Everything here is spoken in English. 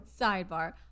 Sidebar